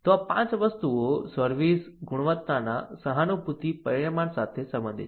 તેથી આ 5 વસ્તુઓ સર્વિસ ગુણવત્તાના સહાનુભૂતિ પરિમાણ સાથે સંબંધિત છે